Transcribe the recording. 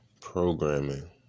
programming